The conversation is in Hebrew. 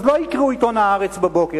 אז לא יקראו את עיתון "הארץ" בבוקר,